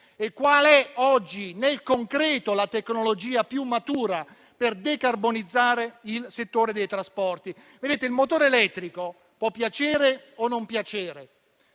e qual è oggi nel concreto la tecnologia più matura per decarbonizzare il settore dei trasporti. Vedete, il motore elettrico può piacere o non piacere,